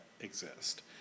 exist